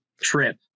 trip